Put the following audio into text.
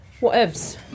Whatevs